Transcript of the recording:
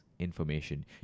information